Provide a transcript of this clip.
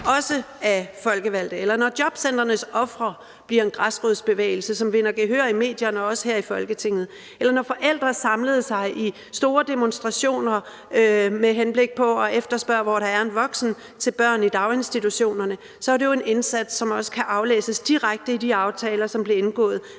også af folkevalgte, eller når Jobcentrets Ofre bliver en græsrodsbevægelse, som vinder gehør i medierne og også her i Folketinget. Og når forældre samlede sig i store demonstrationer med henblik på at efterspørge, hvor der er en voksen til børn i daginstitutionerne, så var det jo en indsats, som også kan aflæses direkte i de aftaler, som blev indgået